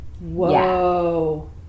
Whoa